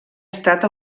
estat